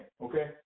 okay